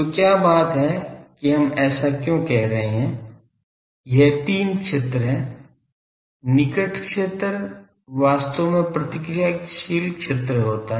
तो क्या बात है कि हम ऐसा क्यों कह रहे हैं यह तीन क्षेत्र है निकट क्षेत्र वास्तव में प्रतिक्रियाशील क्षेत्र है